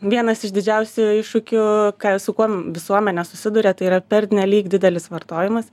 vienas iš didžiausių iššūkių ką su kuom visuomenė susiduria tai yra pernelyg didelis vartojimas